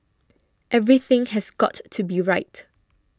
everything has got to be right